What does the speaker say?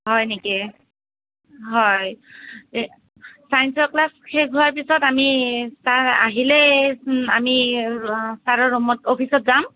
হয় নেকি হয় ছাইন্সৰ ক্লাছ শেষ হোৱাৰ পিছত আমি চাৰ আহিলেই আমি চাৰৰ ৰুমত অফিচত যাম